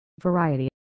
variety